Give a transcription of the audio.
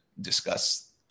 discuss